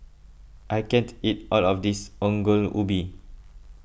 I can't eat all of this Ongol Ubi